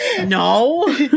no